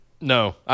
No